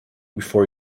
before